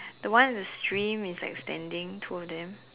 the one in the stream is like standing toward them